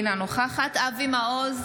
אינה נוכחת אבי מעוז,